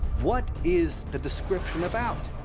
what is the description about?